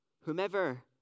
Whomever